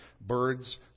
birds